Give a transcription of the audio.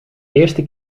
eerste